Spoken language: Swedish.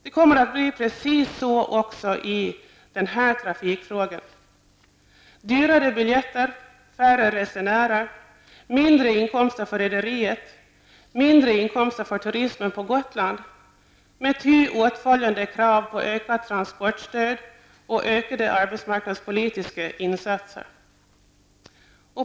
Det kommer att bli precis så också i denna trafikfråga. Dyrare biljetter, färre resenärer, mindre inkomster för rederiet, mindre inkomster för turismen på Gotland med ty åtföljande krav på ökat transportstöd och ökade arbetsmarknadspolitiska insatser.